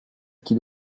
qui